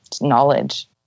knowledge